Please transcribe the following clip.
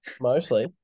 mostly